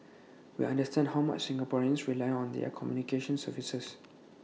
we understand how much Singaporeans rely on their communications services